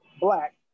black